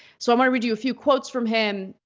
so i'm gonna read you a few quotes from him.